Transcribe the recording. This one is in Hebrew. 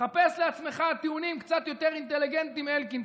חפש לעצמך טיעונים קצת יותר אינטליגנטיים, אלקין.